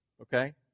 Okay